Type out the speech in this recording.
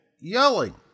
yelling